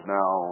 now